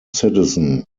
citizen